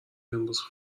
امروز